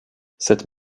cette